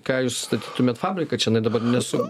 ką jūs statytumėt fabriką čianai dabar nesu